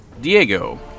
Diego